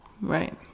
Right